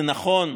זה נכון,